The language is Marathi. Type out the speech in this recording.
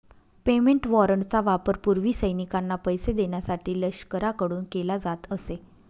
पेमेंट वॉरंटचा वापर पूर्वी सैनिकांना पैसे देण्यासाठी लष्कराकडून केला जात असे